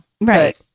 Right